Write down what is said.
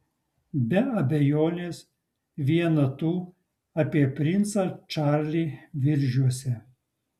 be abejonės viena tų apie princą čarlį viržiuose